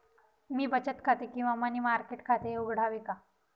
मी बचत खाते किंवा मनी मार्केट खाते उघडावे का?